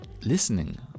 listening